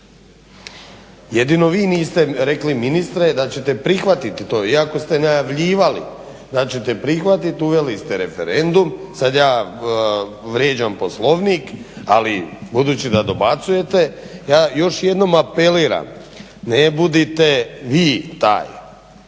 Jedino vi niste rekli ministre da ćete prihvatiti to, iako ste najavljivali da ćete prihvatiti uveli ste referendum, sad ja vrijeđam Poslovnik, ali budući da dobacujete, ja još jednom apeliram ne budite vi taj